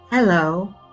Hello